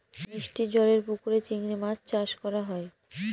মিষ্টি জলেরর পুকুরে চিংড়ি মাছ চাষ করা হয়